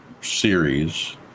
series